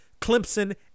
Clemson